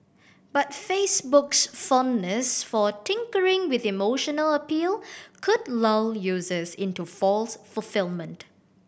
but Facebook's fondness for tinkering with emotional appeal could lull users into false fulfilment